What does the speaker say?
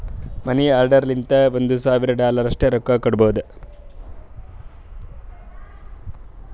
ಮನಿ order ಲಿಂತ ಒಂದ್ ಸಾವಿರ ಡಾಲರ್ ಅಷ್ಟೇ ರೊಕ್ಕಾ ಕೊಡ್ಬೋದ